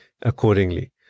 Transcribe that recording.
accordingly